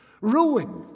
Ruin